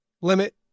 limit